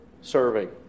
serving